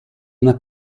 una